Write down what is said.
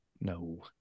No